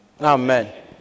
Amen